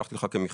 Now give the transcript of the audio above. שלחתי לך כמכתב,